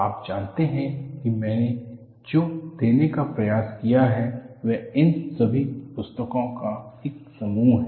आप जानते हैं कि मैंने जो देने का प्रयास किया है वह इन सभी पुस्तकों का एक समूह है